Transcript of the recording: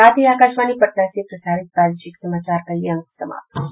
इसके साथ ही आकाशवाणी पटना से प्रसारित प्रादेशिक समाचार का ये अंक समाप्त हुआ